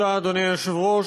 אדוני היושב-ראש,